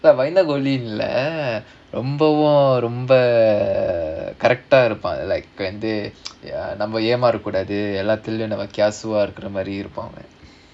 பயந்தான்கொள்ளி இல்ல ரொம்பவும் ரொம்ப:bayanthankolli illa rombavum romba correct ah இருப்பான்:iruppaan like வந்து:vandhu ya நம்ம ஏமாற கூடாது எல்லாத்துலயும்:namma yaemaara koodaathu ellaathulaiyum casual ah இருக்குற மாதிரி இருப்பான் அவன்:irukkura maadhiri iruppaan avan